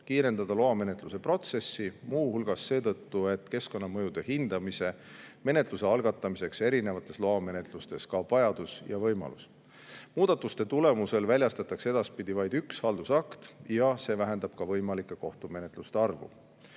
kiirendada loamenetluse protsessi, muuhulgas seetõttu, et kaob vajadus ja võimalus keskkonnamõjude hindamise menetluse algatamiseks erinevates loamenetlustes. Muudatuste tulemusel väljastatakse edaspidi vaid üks haldusakt ja see vähendab ka võimalike kohtumenetluste arvu.